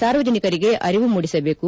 ಸಾರ್ವಜನಿಕರಿಗೆ ಅರಿವು ಮೂಡಿಸಬೇಕು